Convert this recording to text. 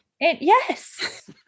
yes